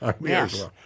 Yes